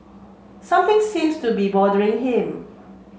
something seems to be bothering him